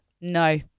no